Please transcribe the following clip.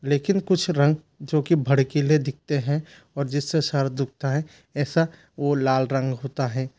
लेकिन कुछ रंग जो कि भड़कीले दिखते हैं और जिससे सर दुखता है ऐसा वह लाल रंग होता हैं